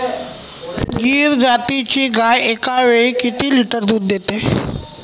गीर जातीची गाय एकावेळी किती लिटर दूध देते?